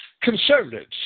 Conservatives